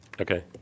Okay